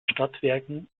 stadtwerken